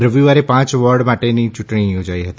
રવિવારે પાંચ વોર્ડ માટેની યૂંટણી યોજાઇ હતી